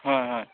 হয় হয়